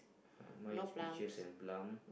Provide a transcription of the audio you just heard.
uh mine is peaches and plum